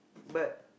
but